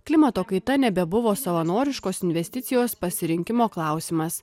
klimato kaita nebebuvo savanoriškos investicijos pasirinkimo klausimas